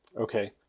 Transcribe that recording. Okay